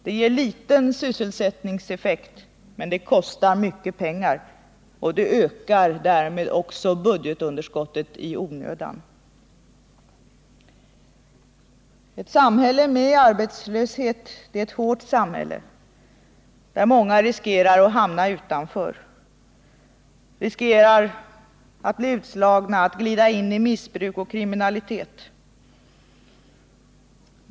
Det ger liten sysselsättningseffekt men kostar mycket pengar och ökar därmed budgetunderskottet i onödan. Ett samhälle med arbetslöshet är ett hårt samhälle, där många riskerar att hamna utanför, riskerar att bli utslagna och glida in i missbruk och kriminalitet.